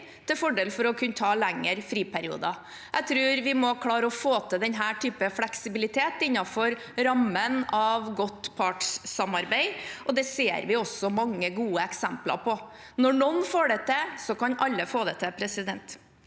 til fordel for å kunne ta lengre friperioder. Jeg tror vi må klare å få til den typen fleksibilitet innenfor rammen av godt partssamarbeid, og det ser vi også mange gode eksempler på. Når noen får det til, kan alle få det til. Tone